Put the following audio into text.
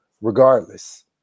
regardless